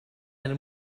eine